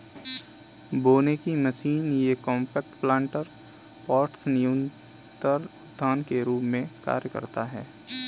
बोने की मशीन ये कॉम्पैक्ट प्लांटर पॉट्स न्यूनतर उद्यान के रूप में कार्य करते है